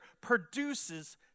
produces